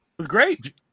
great